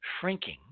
shrinking